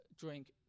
drink